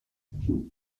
through